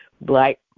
black